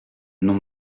non